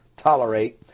tolerate